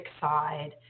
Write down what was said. side